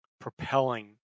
propelling